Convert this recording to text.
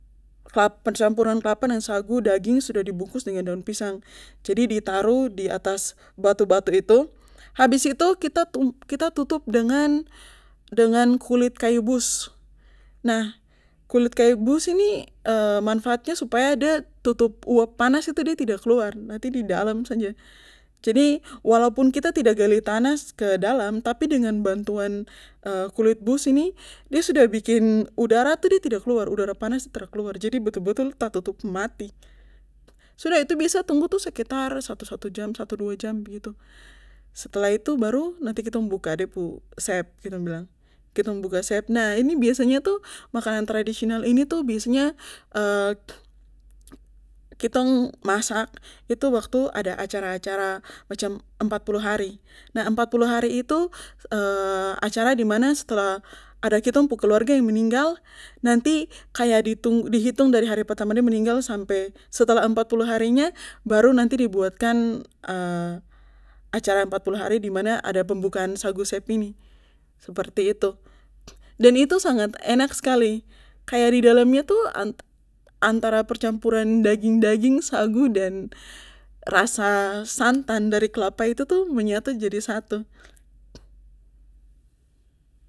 percampuran kelapa deng sagu daging sudah di bungkus dengan daun pisang jadi ditaruh di atas batu batu itu habis itu kita tutup dengan kita tutup dengan kulit kayu bus, nah kulit kayu bus ini manfaatnya supaya de tutup uap panas itu de tidak keluar de didalam saja jadi walaupun kita tidak gali tanah ke dalam tapi dengan bantuan kulit bus ini de sudah bikin udara tuh de tra keluar udara panas de tra keluar jadi betul betul tatutup mati sudah biasa tuh tunggu sekitar satu satu jam satu dua jam begitu setelah itu baru nanti kitong buka de pu sep dong bilang kitong buka sepnya ini biasanya tuh makanan tradisional ini tuh biasanya kitong masak itu waktu ada acara acara macam empat puluh hari nah empat puluh hari itu acara dimana setelah ada kitong pu keluarga yang meninggal nanti kaya di tunggu di hitung dari hari pertama de meninggal sampe setelah empat puluh harinya baru nanti di buatkan acara empat puluh hari ini dimana ada pembukaan sagu sep ini seperti itu dan itu sangat enak skali kaya di dalamnya tuh antara percampuran antara daging daging sagu dan rasa santan dari kelapanya itu tuh menyatu jadi satu